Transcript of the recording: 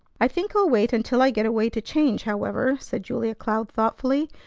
i think i'll wait until i get away to change, however, said julia cloud thoughtfully.